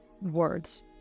words